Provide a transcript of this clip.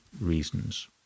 reasons